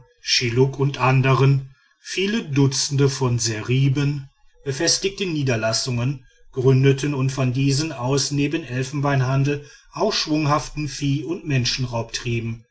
schilluk und andern viele dutzende von seriben befestigte niederlassungen gründeten und von diesen aus neben elfenbeinhandel auch schwunghaften vieh und menschenraub trieben